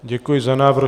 Děkuji za návrh.